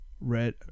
red